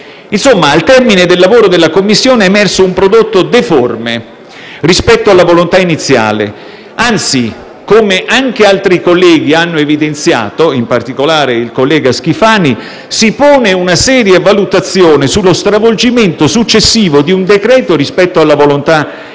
Dunque, al termine del lavoro della Commissione è emerso un prodotto deforme rispetto alla volontà iniziale, anzi, come anche altri colleghi hanno evidenziato - in particolare il collega Schifani - si pone una seria valutazione sullo stravolgimento successivo di un decreto-legge rispetto alla volontà iniziale.